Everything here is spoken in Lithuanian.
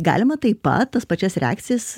galima taip pat tas pačias reakcijas